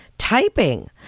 typing